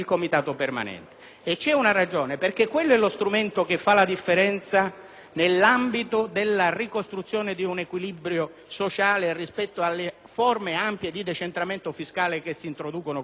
norma risiede nel fatto che è lo strumento che fa la differenza nell'ambito della ricostruzione di un equilibrio sociale, rispetto alle ampie forme di decentramento fiscale che si introducono con tale provvedimento: